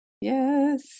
Yes